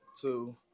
two